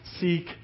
seek